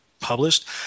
published